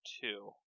two